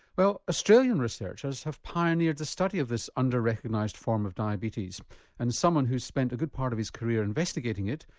well australian researchers have pioneered the study of this under recognised form of diabetes and someone who's spent a good part of his career investigating it,